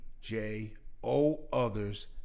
J-O-others